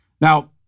Now